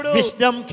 wisdom